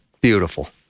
Beautiful